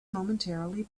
momentarily